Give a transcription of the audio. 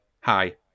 Hi